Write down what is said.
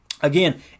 again